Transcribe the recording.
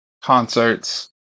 concerts